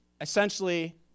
Essentially